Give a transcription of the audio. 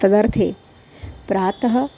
तदर्थे प्रातः